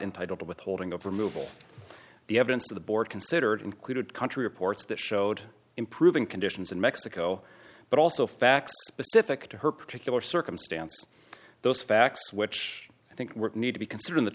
entitled to withholding of removal the evidence of the board considered included country reports that showed improving conditions in mexico but also facts specific to her particular circumstances those facts which i think need to be considered in the